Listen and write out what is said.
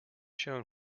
shown